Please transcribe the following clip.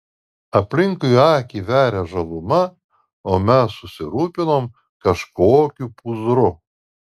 aplinkui akį veria žaluma o mes susirūpinom kažkokiu pūzru